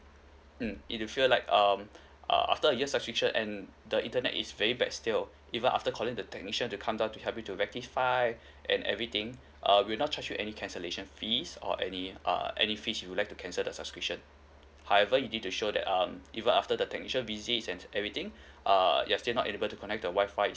mm if you feel like um uh after a year subscription and the internet is very bad still even after calling the technician to come down to help you to rectify and everything uh we'll not charge you any cancellation fees or any uh any fees if you would like to cancel the subscription however you need to show that um even after the technician visits and everything err you are still not able to connect to the Wi-Fi